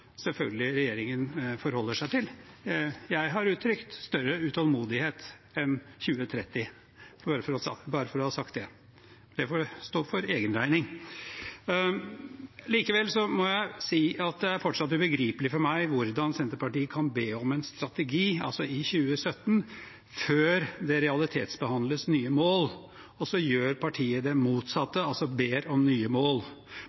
selvfølgelig – regjeringen forholder seg til. Jeg har uttrykt større utålmodighet enn 2030, bare for å ha sagt det. Det får stå for egen regning. Likevel må jeg si at det fortsatt er ubegripelig for meg hvordan Senterpartiet kan be om en strategi, altså i 2017, før det realitetsbehandles nye mål, og så gjør partiet det motsatte, altså ber om nye mål.